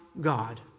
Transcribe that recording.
God